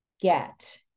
get